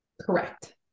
Correct